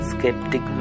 Skeptic